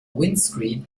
windscreen